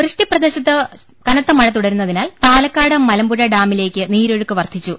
വൃഷ്ടി പ്രദേശത്ത് കനത്ത മഴ തുടരുന്നതിനാൽ പാലക്കാട് മലമ്പുഴ ഡാമിലേക്ക് നീരൊഴുക്ക് വർദ്ധിച്ചു